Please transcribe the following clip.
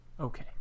Okay